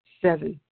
seven